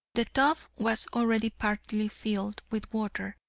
the tub was already partly filled with water,